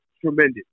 tremendous